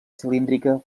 cilíndrica